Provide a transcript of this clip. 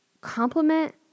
compliment